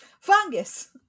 fungus